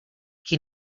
qui